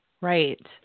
Right